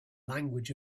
language